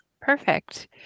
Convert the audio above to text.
Perfect